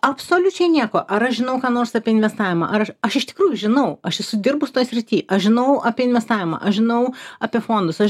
absoliučiai nieko ar aš žinau ką nors apie investavimą ar aš aš iš tikrųjų žinau aš esu dirbus toj srity aš žinau apie investavimą aš žinau apie fondus aš